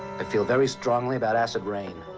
i feel very strongly about acid rain.